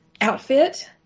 outfit